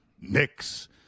Knicks